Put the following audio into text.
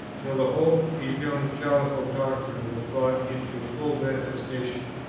till the whole evangelical doctrine was brought into full manifestation.